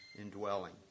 indwelling